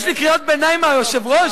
יש לי קריאות ביניים מהיושב-ראש?